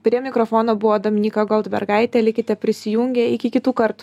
prie mikrofono buvo dominyka goldbergaitė likite prisijungę iki kitų kartų